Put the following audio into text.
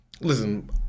listen